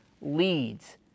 leads